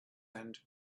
and